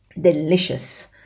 Delicious